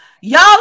Y'all